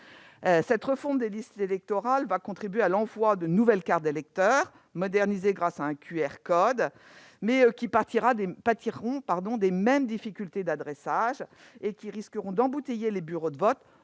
La refonte des listes électorales va aboutir à l'envoi de nouvelles cartes d'électeurs, modernisées grâce à un QR code. Mais elles pâtiront des mêmes difficultés d'adressage, ce qui risque d'embouteiller les bureaux de vote